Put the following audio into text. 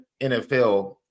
NFL